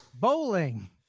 bowling